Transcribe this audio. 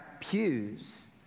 pews